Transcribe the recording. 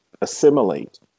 assimilate